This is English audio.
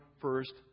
first